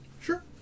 Sure